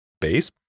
base